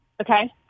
Okay